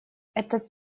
этот